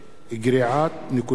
גריעת נקודות